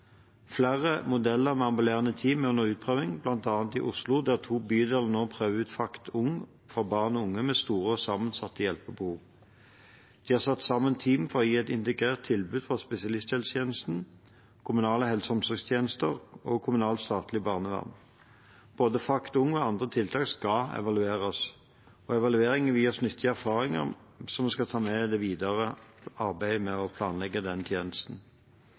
Flere modeller med ambulante team er under utprøving – bl.a. i Oslo, der to bydeler nå prøver ut FACT Ung for barn og unge med store og sammensatte hjelpebehov. De har satt sammen team for å gi et integrert tilbud fra spesialisthelsetjenesten, kommunale helse- og omsorgstjenester og kommunalt/statlig barnevern. Både FACT Ung og andre tiltak skal evalueres. Evalueringen vil gi oss nyttige erfaringer, som vi skal ta med i det videre arbeidet med å planlegge denne tjenesten.